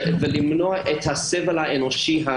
זה כדי למנוע את הסבל האנושי.